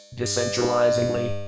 decentralizingly